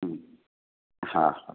হ্যাঁ হ্যাঁ হ্যাঁ